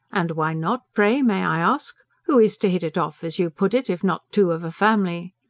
and why not pray, may i ask? who is to hit it off, as you put it, if not two of a family?